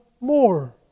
more